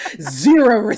Zero